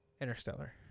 Interstellar